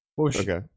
Okay